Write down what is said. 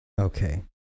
Okay